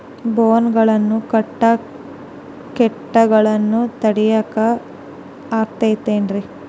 ಬೋನ್ ಗಳನ್ನ ಇಟ್ಟ ಕೇಟಗಳನ್ನು ತಡಿಯಾಕ್ ಆಕ್ಕೇತೇನ್ರಿ?